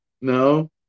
No